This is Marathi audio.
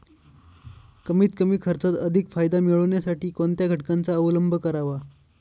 कमीत कमी खर्चात अधिक फायदा मिळविण्यासाठी कोणत्या घटकांचा अवलंब करावा?